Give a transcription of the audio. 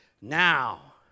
Now